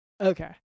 okay